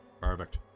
Perfect